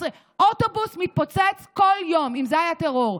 אוטובוס מתפוצץ כל יום, אם זה היה טרור.